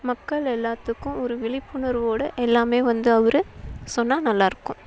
மக்கள் எல்லாத்துக்கும் ஒரு விழிப்புணர்வோடு எல்லாமே வந்து அவரு சொன்னால் நல்லாயிருக்கும்